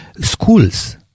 schools